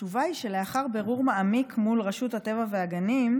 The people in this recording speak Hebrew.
התשובה היא שלאחר בירור מעמיק מול רשות הטבע והגנים,